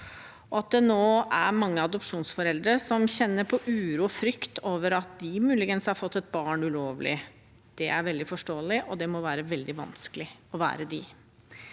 Det er nå mange adopsjonsforeldre som kjenner på uro og frykt over at de muligens har fått et barn ulovlig. Det er veldig forståelig, og det må være veldig vanskelig for dem.